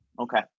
Okay